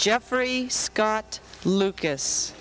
jeffrey scott lucas